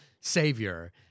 savior